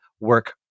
work